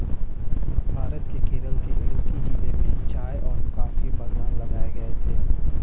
भारत के केरल के इडुक्की जिले में चाय और कॉफी बागान लगाए गए थे